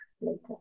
later